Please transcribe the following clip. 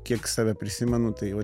kiek save prisimenu tai va